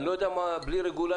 אני לא יודע מה יהיה בלי רגולציה.